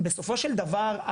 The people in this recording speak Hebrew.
בסופו של דבר,